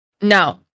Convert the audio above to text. No